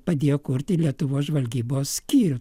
padėjo kurti lietuvos žvalgybos skyrių